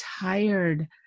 tired